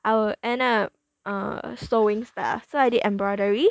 I will end up err sewing stuff so I did embroidery